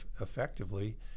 effectively